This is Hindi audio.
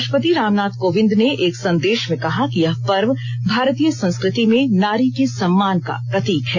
राष्ट्रपति रामनाथ कोविंद ने एक संदेश में कहा कि यह पर्व भारतीय संस्कृति में नारी के सम्मान का प्रतीक है